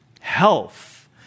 health